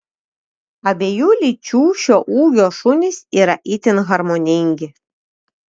abiejų lyčių šio ūgio šunys yra itin harmoningi